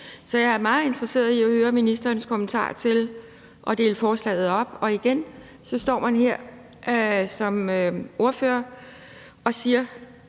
Så jeg er meget interesseret i at høre ministerens kommentar til at dele forslaget om. Igen må man så stå her som ordfører og sige,